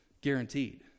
guaranteed